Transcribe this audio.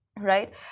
right